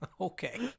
Okay